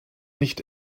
nicht